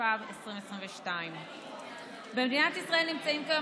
התשפ"ב 2022. במדינת ישראל נמצאים כיום